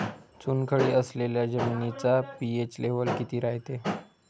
चुनखडी असलेल्या जमिनीचा पी.एच लेव्हल किती रायते?